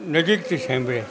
નજીકથી સાંભળ્યા